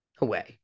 away